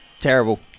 Terrible